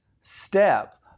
step